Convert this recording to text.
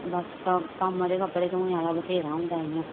ते बस कम्म कम्म ते कपड़े धोने आह्ला बत्थेरा होंदा ऐ इ'यां